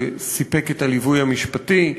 שסיפק את הליווי המשפטי,